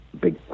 big